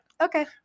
Okay